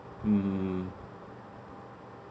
hmm